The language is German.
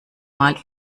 mal